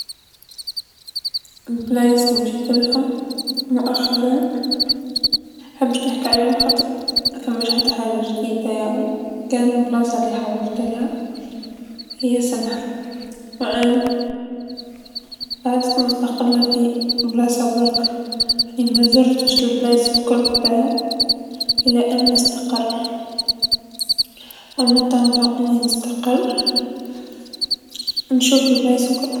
البلايص لمشيتلهم مؤخرا، حبش نحكي عليهم خاطر مافماش حتى حاجه جديدا يعني، كان بلاصه لحولتلها هي سمحا، قعدت مستقله في بلاصه برك يعني مزرتش البلايص الكل لفيها لأنا استقر في إنتظار أني نستقر، نشوف البلايص الكل.